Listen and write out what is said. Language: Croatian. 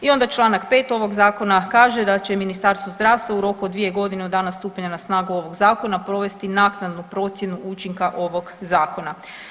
I onda čl. 5. ovog zakona kaže da će Ministarstvo zdravstva u roku od 2.g. od dana stupanja na snagu ovog zakona provesti naknadnu procjenu učinka ovog zakona.